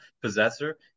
possessor